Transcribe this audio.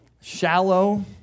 shallow